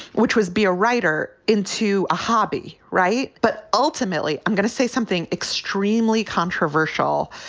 which was be a writer into a hobby. right. but ultimately, i'm going to say something extremely controversial.